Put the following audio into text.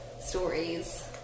stories